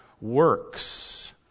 works